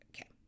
okay